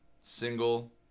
single